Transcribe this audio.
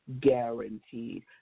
guaranteed